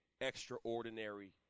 extraordinary